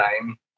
time